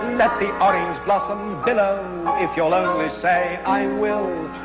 let the orange blossom billow if you'll only say i will,